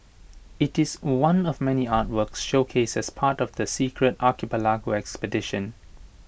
IT is one of many artworks showcased as part of the secret archipelago exhibition